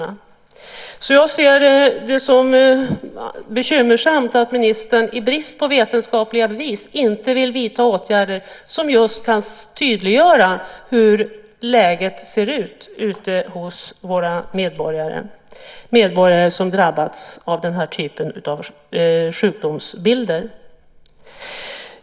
Jag tycker därför att det är bekymmersamt att ministern i brist på vetenskapliga bevis inte vill vidta sådana åtgärder som just kan tydliggöra hur läget ser ut bland de medborgare som drabbats av den här typen av sjukdomsbilder.